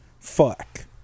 Fuck